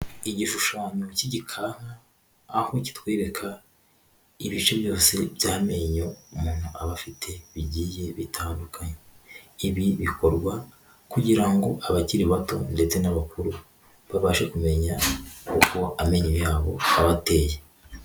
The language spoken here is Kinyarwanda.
Igishushanyo cy'igikanka aho kitwereka ibice byose by'amenyo umuntu aba afite bigiye bitandukanye, ibi bikorwa kugira ngo abakiri bato ndetse n'abakuru babashe kumenya uko amenyo yabo aba ateye.